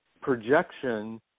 projection